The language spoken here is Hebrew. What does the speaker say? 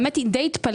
האמת היא שדי התפלאתי,